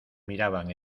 miraban